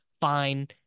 fine